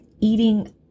eating